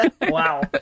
Wow